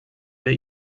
wir